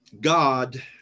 God